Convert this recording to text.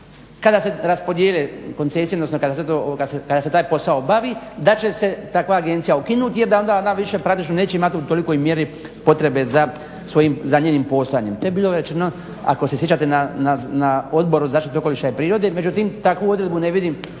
kada se raspodjele koncesije odnosno kada se taj posao obavi da će se takva agencija ukinuti jer da ona onda više praktično neće imati u tolikoj mjeri potrebe za svojim zamijenjenim postojanjem. To je bilo rečeno ako se sjećate na Odboru zaštite okoliša i prirode. Međutim takvu odredbu ne vidim